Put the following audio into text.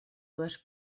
dues